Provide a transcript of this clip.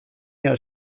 jahr